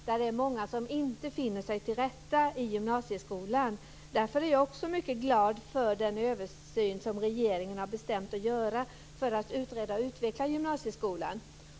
Det är många som inte finner sig till rätta i gymnasieskolan. Därför är jag också mycket glad för den översyn som regeringen har bestämt att göra för att utreda och utveckla gymnasieskolan.